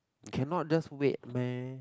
cannot just wait meh